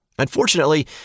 Unfortunately